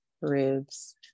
ribs